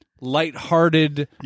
lighthearted